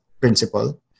principle